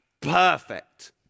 Perfect